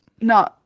no